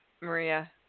Maria